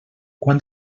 quant